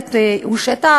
מנהלת הושעתה,